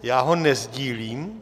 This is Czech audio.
Já ho nesdílím.